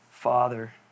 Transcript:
Father